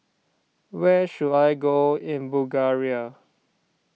where should I go in Bulgaria